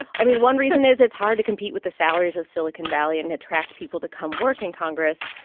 i mean, one reason is it's hard to compete with the salaries of silicon valley and attract people to come work in congress.